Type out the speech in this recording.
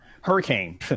Hurricane